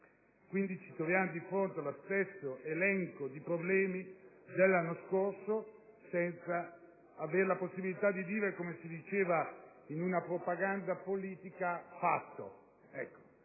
quindi di fronte allo stesso elenco di problemi dell'anno scorso, senza avere la possibilità di dire (come si sosteneva in un una propaganda politica): fatto.